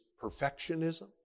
perfectionism